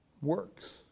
works